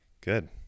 Good